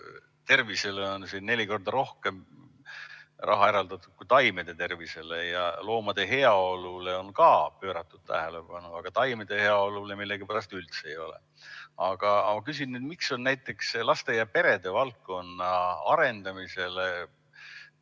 tervisele on neli korda rohkem raha eraldatud kui taimede tervisele ja loomade heaolule on ka pööratud tähelepanu, aga taimede heaolule millegipärast üldse ei ole. Aga miks on näiteks laste ja perede valdkonna arendamisele